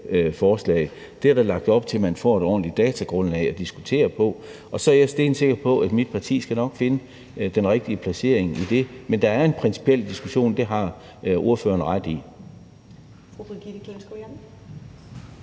forslag. Her er der lagt op til, at man får et ordentligt datagrundlag at diskutere på, og så er jeg stensikker på, at mit parti nok skal finde den rigtige placering i det. Men der er en principiel diskussion, det har ordføreren ret i.